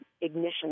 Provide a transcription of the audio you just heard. ignition